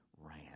Ran